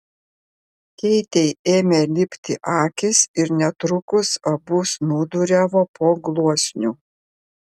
keitei ėmė lipti akys ir netrukus abu snūduriavo po gluosniu